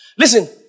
Listen